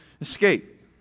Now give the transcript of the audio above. escape